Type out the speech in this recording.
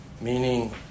meaning